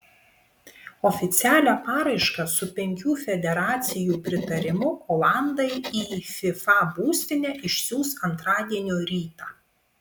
oficialią paraišką su penkių federacijų pritarimu olandai į fifa būstinę išsiųs antradienio rytą